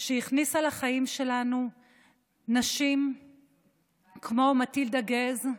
שהכניסה לחיים שלנו נשים כמו מטילדה גז,